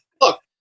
Look